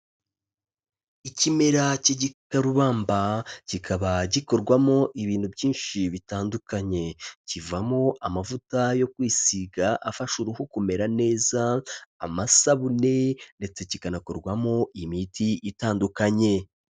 Ikimera cy'igikakarubamba kikaba gikorwamo ibintu byinshi bitandukanye, kivamo amavuta yo kwisiga afasha uruhu kumera neza, amasabune ndetse kikanakorwamo imiti itandukanye.